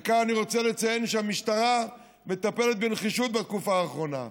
וכאן אני רוצה לציין שהמשטרה מטפלת בנחישות בתקופה האחרונה.